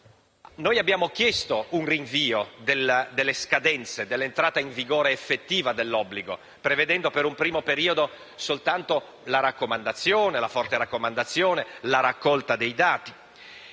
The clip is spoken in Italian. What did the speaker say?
noi abbiamo chiesto un rinvio delle scadenze, dell'entrata in vigore effettiva dell'obbligo, prevedendo per un primo periodo soltanto una forte raccomandazione e la raccolta dei dati.